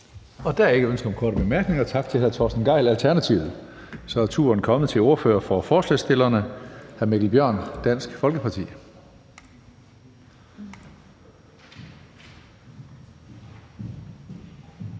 Der er ikke ønske om korte bemærkninger. Tak til hr. Torsten Gejl, Alternativet. Så er turen kommet til ordføreren for forslagsstillerne, hr. Mikkel Bjørn, Dansk Folkeparti.